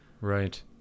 Right